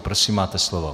Prosím, máte slovo.